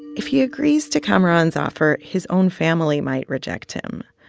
if he agrees to kamaran's offer, his own family might reject him.